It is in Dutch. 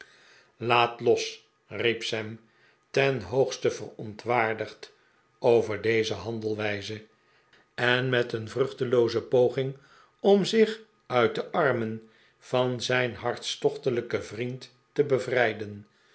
laat los riep sam ten hoogste verontwaardigd over deze handelwijze en met een vruchtelooze poging om zich uit de armen van zijn hartstochtelijken vriend te bevrijden